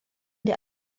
der